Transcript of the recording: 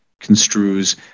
construes